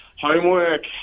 homework